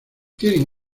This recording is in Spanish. tienen